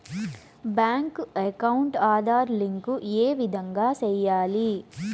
Bank account Aadhaar link ఏ విధంగా సెయ్యాలి?